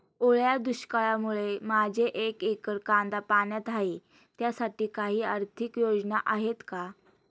ओल्या दुष्काळामुळे माझे एक एकर कांदा पाण्यात आहे त्यासाठी काही आर्थिक योजना आहेत का?